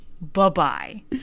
Bye-bye